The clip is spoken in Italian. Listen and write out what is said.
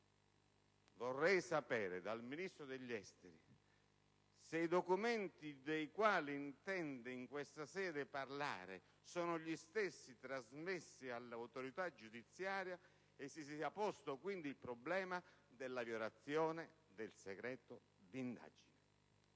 Vorrei sapere dal Ministro degli affari esteri se i documenti dei quali intende in questa sede parlare sono gli stessi trasmessi all'autorità giudiziaria e se si sia posto, quindi, il problema della violazione del segreto di indagine.